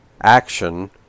action